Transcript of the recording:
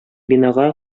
бинага